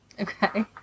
Okay